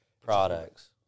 products